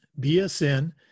bsn